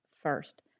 First